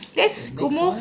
the next one